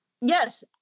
Yes